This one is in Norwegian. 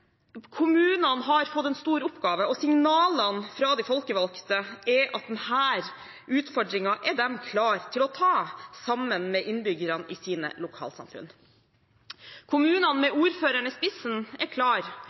Kommunene har fått en stor oppgave og signalene fra de folkevalgte er at denne utfordringen er de klar til å ta sammen med innbyggerne i sine lokalsamfunn. Kommunene med ordførerne i spissen er klar